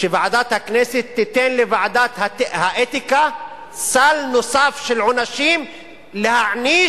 שוועדת הכנסת תיתן לוועדת האתיקה סל נוסף של עונשים להעניש